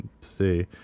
see